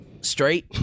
straight